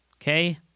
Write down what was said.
okay